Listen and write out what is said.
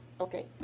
Okay